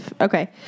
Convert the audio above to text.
Okay